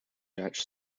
dutch